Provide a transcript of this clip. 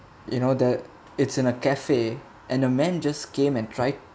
you know that it's in a cafe and man just came and try